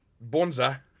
Bonza